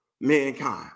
mankind